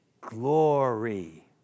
glory